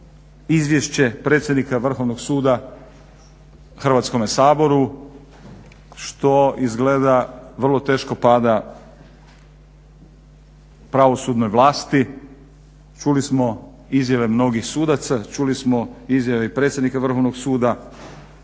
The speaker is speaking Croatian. izvješće predsjednika Vrhovnog suda Hrvatskome saboru što izgleda vrlo teško pada pravosudnoj vlasti. Čuli smo izjave mnogih sudaca, čuli smo izjave i predsjednika Vrhovnog suda